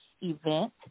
event